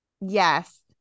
Yes